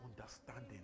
understanding